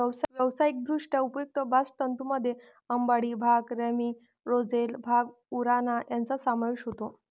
व्यावसायिकदृष्ट्या उपयुक्त बास्ट तंतूंमध्ये अंबाडी, भांग, रॅमी, रोझेल, भांग, उराणा यांचा समावेश होतो